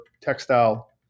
textile